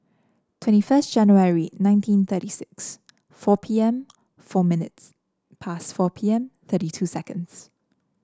twenty first January nineteen thirty six four P M four minutes pass four P M thirty two seconds